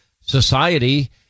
Society